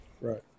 Right